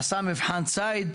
עשה מבחן ציד,